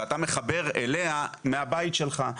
ואתה מחבר אליה מהבית שלך.